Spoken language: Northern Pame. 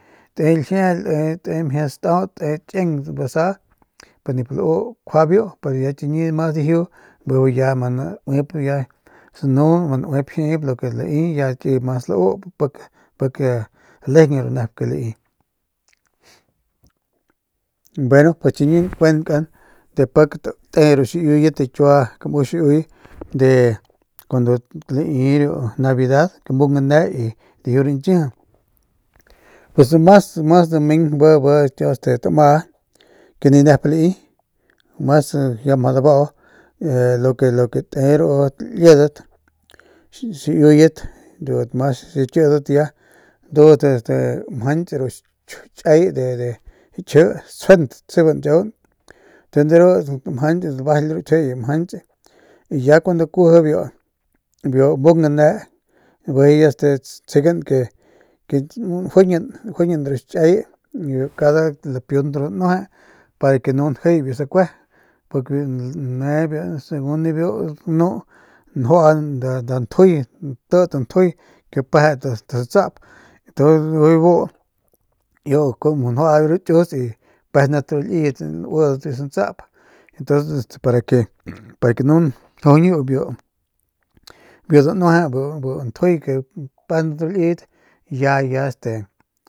Te ljiee te mjie staut te te kieng basa pero nip lau kjua biu pero chiñi ya mas dijiu bijiy ya ma nau ma nauep sanu ma nauep jip nep lai y ya mas kiy mas lau pik lejeng ru nep ke lai, bueno pues chiñi nkuenkan de pik te ru xiuyet de kiua kamus xiuy de ru cuando lai navidad amung gane y dijiu rañkiji pues mas daming bi kiau tama ke ni nep lai mas ya mjau dabau lo ke te derudat liedat xiuyet ru mas xikidat ya ndudat mjanch ru xichay de ru kji stsjuent taseban kiauguan ntuns de ru abajay ru kji y mjanch y ya cuando kuiji bu mung gane bijiy ya tsjegan ke gajuiñin ru xichay ru kada dipiunt ru danueje para ke nu njiy biu sakue porque ne segun nibiu ganu njua nda ntjuy mjau nti ta ntjuy peje ti santsap tu ujuy bu iu njual biu kius pejendat ru liyet uidat biu santap y tuns para que nu njujuñ biu biu danueje bu ntjuy ke pejendat ru liyet ya ya este.